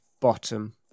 bottom